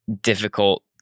difficult